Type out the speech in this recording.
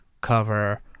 cover